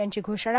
यांची घोषणा